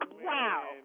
Wow